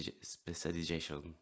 specialization